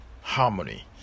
harmony